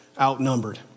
outnumbered